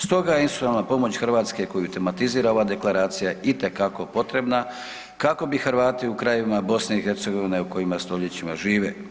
Stoga institucionalna pomoć Hrvatske koju tematizira ova deklaracija itekako potrebna kako bi opstali Hrvati u krajevima BiH u kojima stoljećima žive.